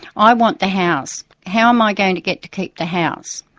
i want the house. how am i going to get to keep the house?